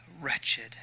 wretched